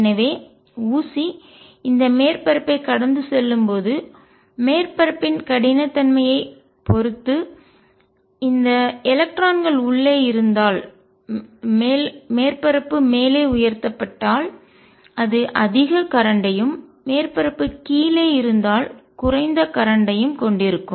எனவே ஊசி இந்த மேற்பரப்பைக் கடந்து செல்லும்போது மேற்பரப்பின் கடினத்தன்மையைப் பொறுத்து இந்த எலக்ட்ரான்கள் உள்ளே இருந்தால் மேற்பரப்பு மேலே உயர்த்தப்பட்டால் அது அதிக கரண்ட்யும் மின்னோட்டத்தையும் மேற்பரப்பு கீழே இருந்தால் குறைந்த கரண்ட் யும் மின்னோட்டத்தையும் கொண்டிருக்கும்